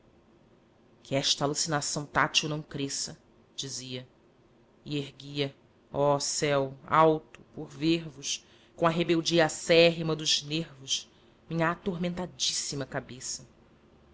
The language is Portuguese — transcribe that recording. que esta alucinação tátil não cresça dizia e erguia oh céu alto por ver-vos com a rebeldia acérrima dos nervos minha atormentadíssima cabeça